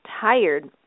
tired